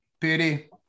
pity